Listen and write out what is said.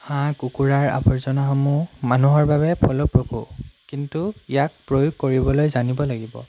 হাঁহ কুকুৰাৰ আৱৰ্জাসমূহ মানুহৰ বাবে ফলপ্ৰসূ কিন্তু ইয়াক প্ৰয়োগ কৰিবলৈ জানিব লাগিব